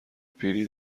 پیری